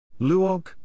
Luog